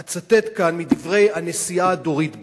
אני אצטט כאן מדברי הנשיאה דורית בייניש.